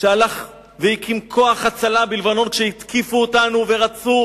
שהלך והקים כוח הצלה בלבנון כשהתקיפו אותנו ורצו